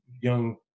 young